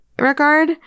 regard